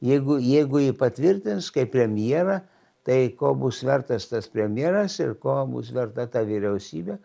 jeigu jeigu jį patvirtins kaip premjerą tai ko bus vertas tas premjeras ir ko bus verta ta vyriausybė